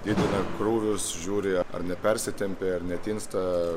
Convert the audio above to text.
didina krūvius žiūri ar nepersitempė ar netinsta